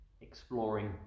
exploring